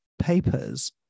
papers